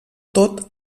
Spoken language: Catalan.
tot